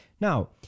Now